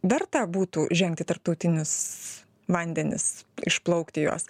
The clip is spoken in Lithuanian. verta būtų žengti tarptautinius vandenis išplaukti juos